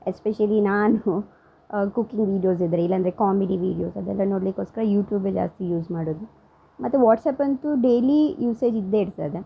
especially ನಾನು cooking videos ಇದ್ರೆ ಇಲ್ಲಾಂದರೆ ಕಾಮಿಡಿ ವೀಡಿಯೋಸ್ ಅದೆಲ್ಲ ನೋಡಲಿಕ್ಕೋಸ್ಕರ ಯೂಟ್ಯೂಬೇ ಜಾಸ್ತಿ ಯೂಸ್ ಮಾಡೋದು ಮತ್ತು ವಾಟ್ಸ್ಆ್ಯಪ್ ಅಂತು ಡೈಲಿ ಯೂಸೇಜ್ ಇದ್ದೇ ಇರ್ತದೆ